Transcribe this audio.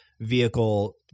vehicle